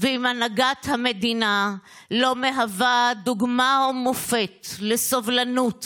אם הנהגת המדינה לא מהווה דוגמה ומופת לסובלנות,